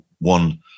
one